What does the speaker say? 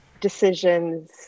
decisions